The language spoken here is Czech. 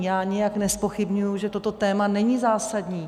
Já nijak nezpochybňuji, že toto téma není zásadní.